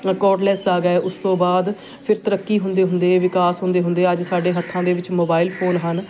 cordless ਆ ਗਏ ਉਸ ਤੋਂ ਬਾਅਦ ਫਿਰ ਤਰੱਕੀ ਹੁੰਦੇ ਹੁੰਦੇ ਵਿਕਾਸ ਹੁੰਦੇ ਹੁੰਦੇ ਅੱਜ ਸਾਡੇ ਹੱਥਾਂ ਦੇ ਵਿੱਚ ਮੋਬਾਈਲ ਫੋਨ ਹਨ